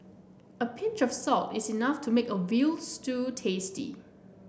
a pinch of salt is enough to make a veal stew tasty